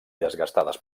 desgastades